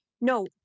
no